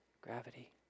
gravity